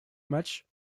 matchs